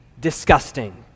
disgusting